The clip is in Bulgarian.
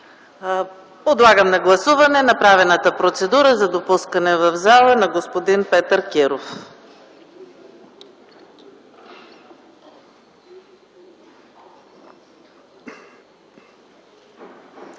Подлагам на гласуване направената процедура за допускане в залата на господин Петър Киров.